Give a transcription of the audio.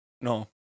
No